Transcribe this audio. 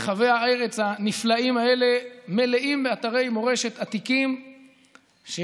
מרחבי הארץ הנפלאים האלה מלאים אתרי מורשת עתיקים שמלמדים